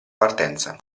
partenza